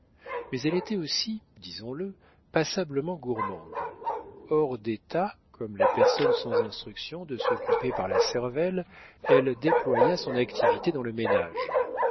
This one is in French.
mais elle était aussi disons-le passablement gourmande hors d'état comme les personnes sans instruction de s'occuper par la cervelle elle déploya son activité dans le ménage